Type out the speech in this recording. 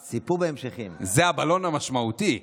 זה הבלון המשמעותי.